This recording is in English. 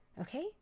okay